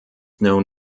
known